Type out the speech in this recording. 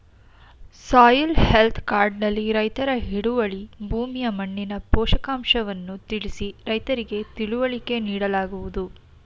soil health card ನಲ್ಲಿ ರೈತರ ಹಿಡುವಳಿ ಭೂಮಿಯ ಮಣ್ಣಿನ ಪೋಷಕಾಂಶವನ್ನು ತಿಳಿಸಿ ರೈತರಿಗೆ ತಿಳುವಳಿಕೆ ನೀಡಲಾಗುವುದು